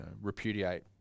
repudiate